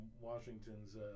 Washington's